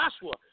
Joshua